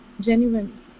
genuine